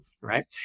right